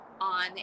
on